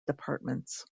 departments